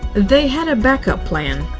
they had a backup plan.